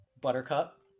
buttercup